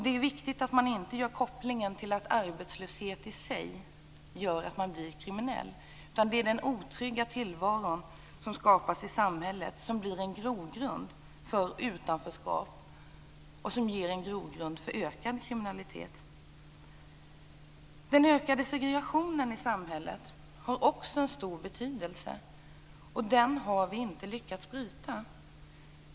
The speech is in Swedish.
Det är viktigt att man inte gör kopplingen att arbetslöshet i sig gör att man blir kriminell, utan det är den otrygga tillvaro som skapas i samhället som blir en grogrund för utanförskap och ökad kriminalitet. Den ökade segregationen i samhället har också en stor betydelse, och den har vi inte lyckats bryta.